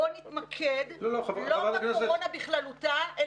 בואו נתמקד לא בקורונה בכללותה,